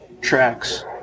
tracks